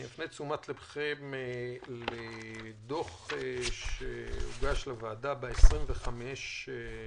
אני מפנה את תשומת ליבכם לדוח שהוגש לוועדה ב-25 במרס,